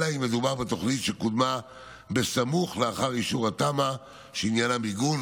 אלא אם כן מדובר בתוכנית שקודמה בסמוך לאחר אישור התמ"א שעניינה מיגון,